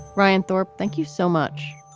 ryan thorp, thank you so much.